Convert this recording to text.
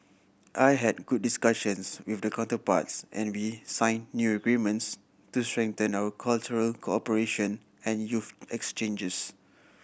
I had good discussions with counterparts and we signed new agreements to strengthen our cultural cooperation and youth exchanges